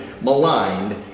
maligned